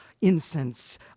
incense